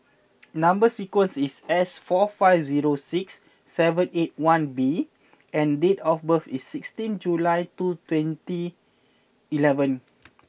number sequence is S four five zero six seven eight one B and date of birth is sixteenth July two twenty eleven